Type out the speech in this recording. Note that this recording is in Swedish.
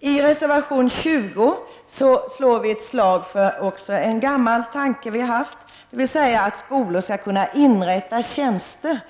I reservation 20 slår vi ett slag för vår gamla tanke att skolorna skall kunna inrätta tjänster